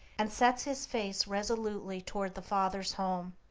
and sets his face resolutely toward the father's home,